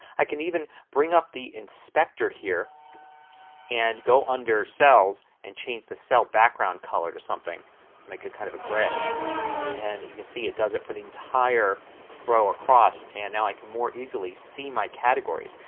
i can even bring up the inspector here and go under cells and change the cell background color to something to make it kind of a grey and you can see it does it for the entire row across. and now i more easily see my categories.